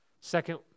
Second